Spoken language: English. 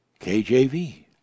KJV